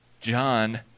John